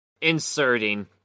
inserting